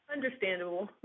Understandable